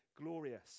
glorious